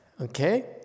Okay